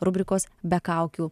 rubrikos be kaukių